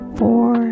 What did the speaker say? four